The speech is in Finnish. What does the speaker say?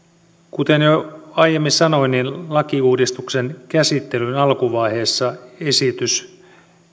kuten jo aiemmin sanoin lakiuudistuksen käsittelyn alkuvaiheessa